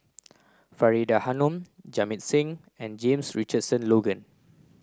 Faridah Hanum Jamit Singh and James Richardson Logan